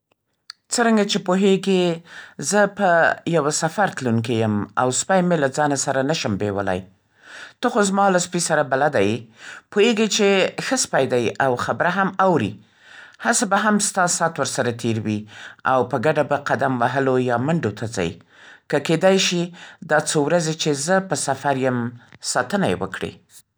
څرنګه چې پوهېږې زه په یو سفر تلونکې یم او سپی مې له ځانه سره نشم بېولای. ته خو زما له سپي سره بلده یې. پوهېږې چې ښه سپی دی او خبره هم اوري. هسې به هم ستا سات ورسره تېر وي او په ګډه به قدم وهلو یا منډو ته ځئ. که کېدای شي دا څو ورځې چې زه په سفر یم ساتنه یې وکړې!